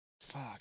Fuck